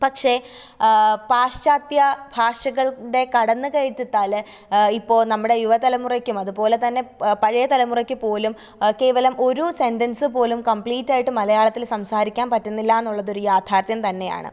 പക്ഷെ പാശ്ചാത്യ ഭാഷകളുടെ കടന്നുകയറ്റത്താൽ ഇപ്പോൾ നമ്മുടെ യുവതലമുറയ്ക്കും അതുപോലെത്തന്നെ പഴയ തലമുറയ്ക്ക് പോലും കേവലം ഒരു സെന്റെന്സ് പോലും കംബ്ലീറ്റായിട്ട് മലയാളത്തിൽ സംസാരിക്കാന് പറ്റുന്നില്ലായെന്നുള്ളതൊരു യാഥാര്ത്ഥ്യം തന്നെയാണ്